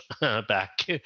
back